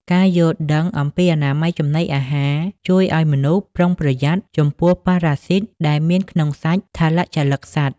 ការយល់ដឹងអំពីអនាម័យចំណីអាហារ ជួយឱ្យមនុស្សប្រុងប្រយ័ត្នចំពោះប៉ារ៉ាស៊ីតដែលមានក្នុងសាច់ថលជលិកសត្វ។